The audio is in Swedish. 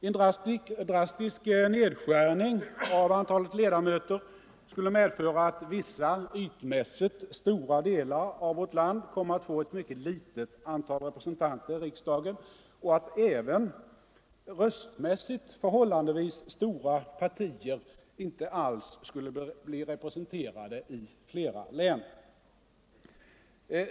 En drastisk nedskärning av antalet ledamöter skulle medföra att vissa ytmässigt stora delar av vårt land fick ett mycket litet antal representanter i riksdagen och att även röstmässigt förhållandevis stora partier i flera län inte alls skulle bli representerade.